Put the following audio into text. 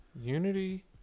Unity